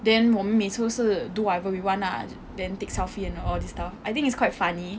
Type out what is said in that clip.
then 我们每次都是 do whatever we want lah then take selfie and all these stuff I think is quite funny